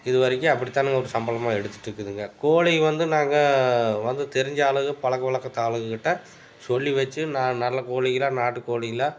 இதுவரைக்கும் அப்படிதானுங்க ஒரு சம்பளமாக எடுத்துகிட்ருக்குதுங்க கோழி வந்து நாங்கள் வந்து தெரிஞ்ச ஆளுங்க பழக்கவழக்கத்து ஆளுங்கக்கிட்ட சொல்லி வச்சு நா நல்ல கோழிங்களா நாட்டுக்கோழிங்களா